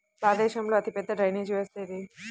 భారతదేశంలో అతిపెద్ద డ్రైనేజీ వ్యవస్థ ఏది?